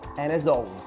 and as always,